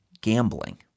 gambling